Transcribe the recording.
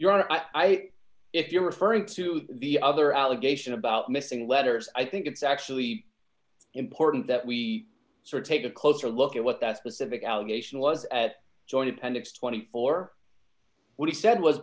think if you're referring to the other allegation about missing letters i think it's actually important that we sort of take a closer look at what that specific allegation was at joint appendix twenty four what he said was